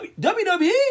wwe